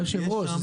היושב ראש,